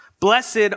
Blessed